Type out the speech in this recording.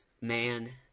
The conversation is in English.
man